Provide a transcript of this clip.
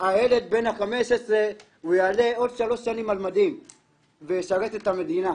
הילד בן ה-15 יעלה עוד שלוש שנים על מדים וישרת את המדינה.